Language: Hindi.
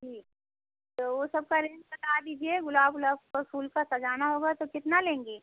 जी तो वह सबका रेन्ज बता दीजिए गुलाब उलाब का फूल का सजाना होगा तो कितना लेंगी